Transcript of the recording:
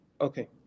Okay